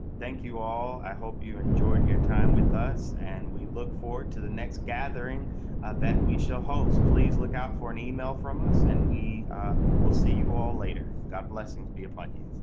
thank you all. i hope you enjoyed your time with us and we look forward to the next gathering that we show host please look out for an email from us and we will see you all later god blessings be upon you.